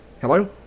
Hello